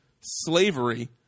slavery